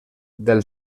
del